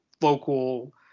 local